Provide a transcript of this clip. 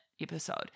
episode